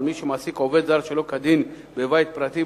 מי שמעסיק עובד זר שלא כדין בבית פרטי,